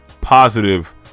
positive